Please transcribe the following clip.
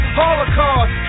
holocaust